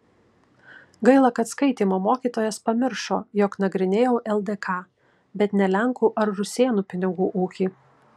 gaila kad skaitymo mokytojas pamiršo jog nagrinėjau ldk bet ne lenkų ar rusėnų pinigų ūkį